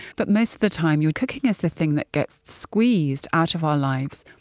but, most of the time yeah cooking is the thing that gets squeezed out of our lives.